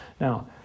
Now